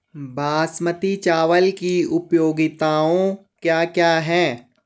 बासमती चावल की उपयोगिताओं क्या क्या हैं?